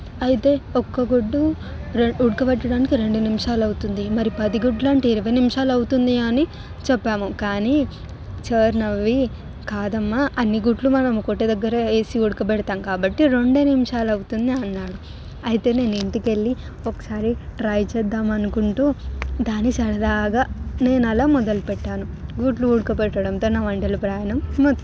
అయితే ఒక్క గుడ్డు ఉడకబెట్టడానికి రెండు నిమిషాలు అవుతుంది మరి పది గుడ్లు అంటే ఇరవై నిమిషాలు అవుతుంది అని చెప్పాము కానీ సార్ నవ్వి కాదమ్మా అన్ని గుడ్లు మనం ఒకటే దగ్గర వేసి ఉడకబెడతాం కాబట్టి రెండే నిమిషాలు అవుతుంది అన్నాడు అయితే నేను ఇంటికెళ్ళి ఒకసారి ట్రై చేద్దాం అనుకుంటూ దాన్ని సరదాగా నేను అది మొదలు పెట్టాను గుడ్లు ఉడకబెట్టడంతో నా వంటల ప్రయాణం